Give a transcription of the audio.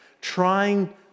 trying